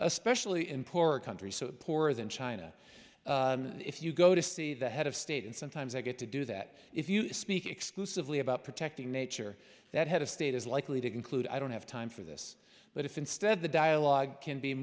especially in poor countries so poorer than china if you go to see the head of state and sometimes i get to do that if you speak exclusively about protecting nature that head of state is likely to conclude i don't have time for this but if instead the dialogue can be